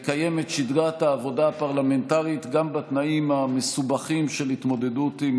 לקיים את שגרת העבודה הפרלמנטרית גם בתנאים המסובכים של התמודדות עם